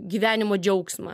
gyvenimo džiaugsmą